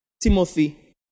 Timothy